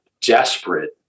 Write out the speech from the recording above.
desperate